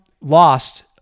lost